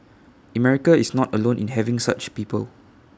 America is not alone in having such people